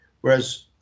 Whereas